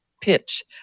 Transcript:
pitch